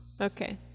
Okay